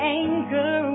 anger